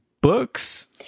books